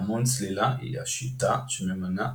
פעמון צלילה היא שיטה שממנה